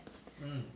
mm